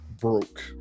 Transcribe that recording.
broke